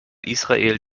israel